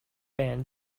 band